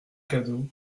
cadeaux